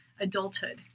adulthood